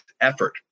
effort